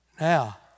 Now